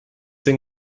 den